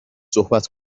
صحبت